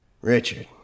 Richard